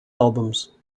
albums